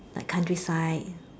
like countryside